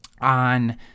on